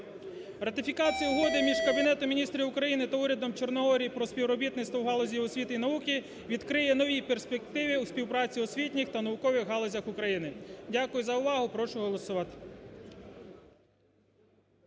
Ратифікація угоди між Кабінетом Міністрів України та урядом Чорногорії про співробітництво в галузі освіти і науки відкриє нові перспективи у співпраці в освітніх та наукових галузях України. Дякую за увагу. Прошу голосувати.